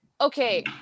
okay